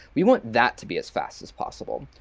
we want that to be as fast as possible,